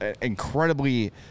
incredibly